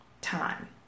time